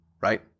right